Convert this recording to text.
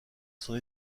son